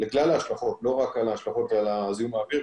לכלל ההשלכות, לא רק להשלכות של זיהום האוויר.